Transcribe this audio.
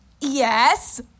yes